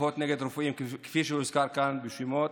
תקיפות נגד רופאים, כפי שהוזכר כאן בשמות.